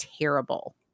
terrible